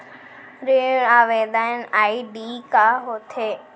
ऋण आवेदन आई.डी का होत हे?